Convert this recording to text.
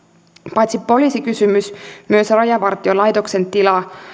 paitsi poliisikysymys myös rajavartiolaitoksen tila